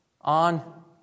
on